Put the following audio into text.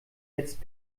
jetzt